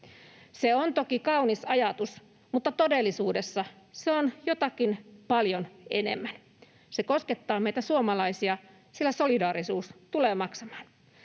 Se on toki kaunis ajatus, mutta todellisuudessa se on jotakin paljon enemmän. Se koskettaa meitä suomalaisia, sillä solidaarisuus tulee maksamaan.